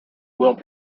will